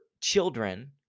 children